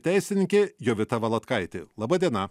teisininkė jovita valatkaitė laba diena